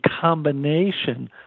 combination